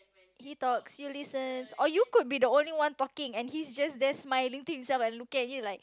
he talks you listen or you could be the only one talking and he's just there smiling to himself and looking at you like